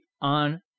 on